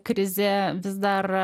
krizė vis dar